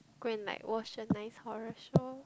go and like watch a nice horror show